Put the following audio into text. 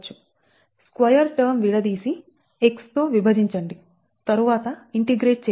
square term విడదీసి x తో విభజించండి తరువాత ఇంటిగ్రేట్ చేయండి